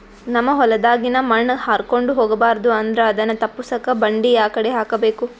ನಮ್ ಹೊಲದಾಗಿನ ಮಣ್ ಹಾರ್ಕೊಂಡು ಹೋಗಬಾರದು ಅಂದ್ರ ಅದನ್ನ ತಪ್ಪುಸಕ್ಕ ಬಂಡಿ ಯಾಕಡಿ ಹಾಕಬೇಕು?